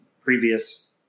previous